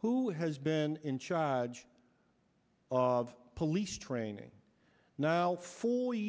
who has been in charge of police training now for